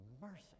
mercy